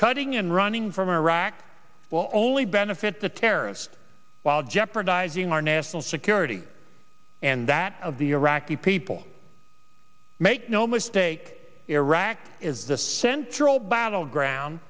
cutting and running from iraq will only benefit the terrorists while jeopardizing our national security and that of the iraqi people make no mistake iraq is the central battleground